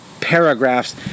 paragraphs